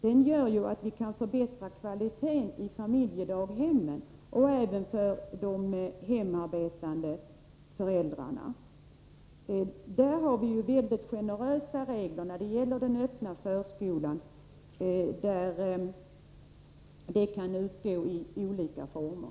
Den gör att vi kan förbättra kvaliteten i familjedaghemmen och även för de hemarbetande föräldrarna. Vi har mycket generösa regler när det gäller statsbidraget till den öppna förskolan som kan utgå i olika former.